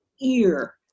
ear